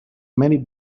many